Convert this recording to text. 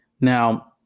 Now